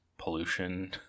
pollution